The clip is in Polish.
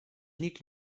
nikt